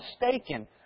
mistaken